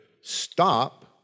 stop